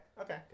Okay